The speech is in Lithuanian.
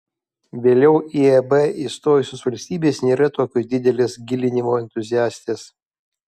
vėliau į eb įstojusios valstybės nėra tokios didelės gilinimo entuziastės